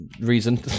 reason